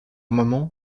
moments